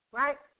right